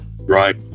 Right